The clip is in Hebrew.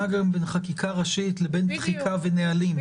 גם בין חקיקה ראשית לבין תחיקה ונהלים.